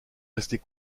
restés